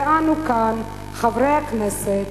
ואנו כאן, חברי הכנסת,